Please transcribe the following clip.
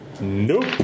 Nope